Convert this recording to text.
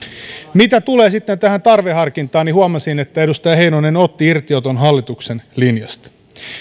mitä tulee sitten tähän tarveharkintaan niin huomasin että edustaja heinonen otti irti oton hallituksen linjasta